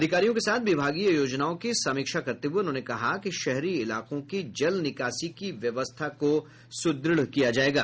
अधिकारियों के साथ विभागीय योजनाओं की समीक्षा करते हुये उन्होंने कहा कि शहरी इलाकों की जल निकासी की व्यवस्था को सुद्रढ़ किया जायेगा